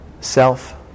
self